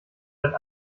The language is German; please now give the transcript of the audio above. ein